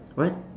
what